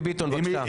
דבי ביטון, בבקשה.